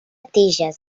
tiges